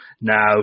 now